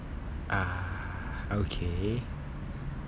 ah okay